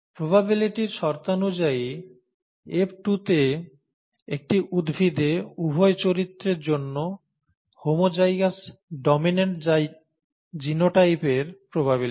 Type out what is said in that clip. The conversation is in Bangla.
প্রবাবিলিটির শর্তানুযায়ী F2 তে একটি উদ্ভিদে উভয় চরিত্রের জন্য হোমোজাইগাস ডমিন্যান্ট জিনোটাইপের প্রবাবিলিটি